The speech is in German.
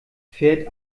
fährt